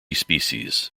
species